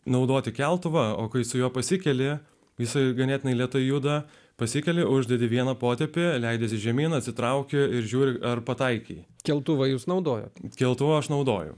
naudoti keltuvą o kai su juo pasikelia visa jau ganėtinai lėtai juda pasikeli uždedi vieną potėpį leidžiasi žemyn atsitraukia ir žiūri ar pataikei keltuvą jūs naudojate keltuvą aš naudoju